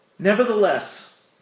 Nevertheless